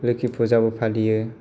लोखि फुजाबो फालियो